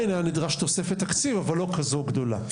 עדיין הייתה נדרשת תוספת תקציב, אבל לא כזו גדולה.